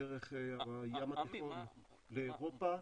דרך הים התיכון לאירופה.